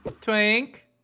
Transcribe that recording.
Twink